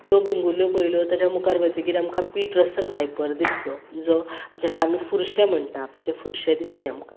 त्यो भिंगुल्ल्यो पयल्यो ताज्या मुखार वयतगीर आमकां पीट रसल व्हायपर दिसलो जो जेका आमी फुरशें म्हणटा ते फुरशें दिसले आमकां